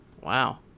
Wow